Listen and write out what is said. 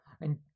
And-